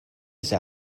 this